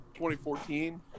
2014